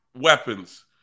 weapons